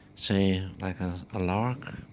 say, like a lark